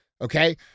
Okay